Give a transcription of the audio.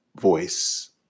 voice